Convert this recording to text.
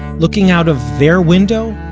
looking out of their window,